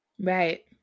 right